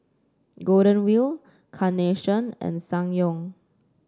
Golden Wheel Carnation and Ssangyong